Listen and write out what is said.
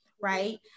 right